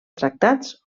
tractats